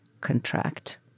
contract